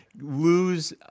lose